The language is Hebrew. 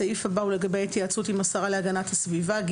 הסעיף הבא הוא לגבי ההתייעצות עם השרה להגנת הסביבה.